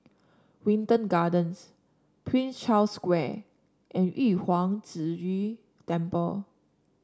Wilton Gardens Prince Charles Square and Yu Huang Zhi Temple